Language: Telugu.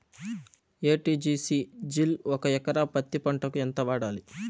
ఎ.టి.జి.సి జిల్ ఒక ఎకరా పత్తి పంటకు ఎంత వాడాలి?